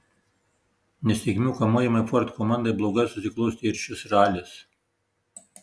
nesėkmių kamuojamai ford komandai blogai susiklostė ir šis ralis